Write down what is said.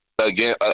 Again